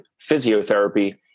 physiotherapy